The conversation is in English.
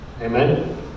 Amen